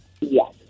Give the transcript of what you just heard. yes